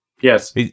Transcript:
Yes